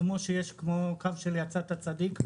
כפי שיש קו של "יצאת צדיק",